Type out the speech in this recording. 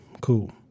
Cool